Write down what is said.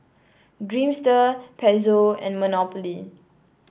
Dreamster Pezzo and Monopoly